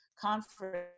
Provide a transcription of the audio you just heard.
conference